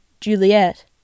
Juliet